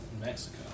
Mexico